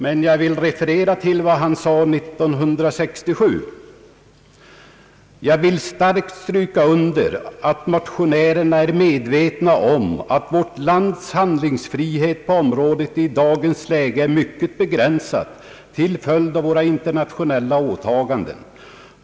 Men jag vill referera till vad han sade i riksdagen år 1967: »Jag vill starkt stryka under att motionärerna är medvetna om att vårt lands handlingsfrihet på området i dagens läge är mycket begränsad till följd av våra internationella åtaganden.